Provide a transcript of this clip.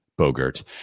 Bogert